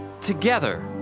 Together